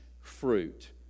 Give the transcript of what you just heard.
fruit